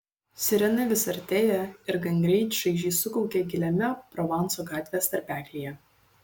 sirena vis artėja ir gangreit šaižiai sukaukia giliame provanso gatvės tarpeklyje